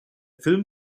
film